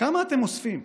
כמה אתם אוספים?